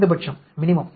குறைந்தபட்சம்